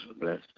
bless